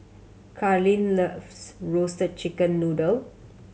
Charline loves Roasted Chicken Noodle